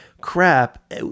crap